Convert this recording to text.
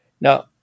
Now